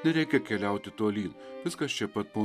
nereikia keliauti tolyn viskas čia pat po